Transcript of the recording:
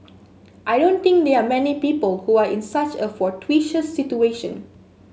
I don't think there are many people who are in such a fortuitous situation